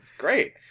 great